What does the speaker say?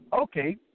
Okay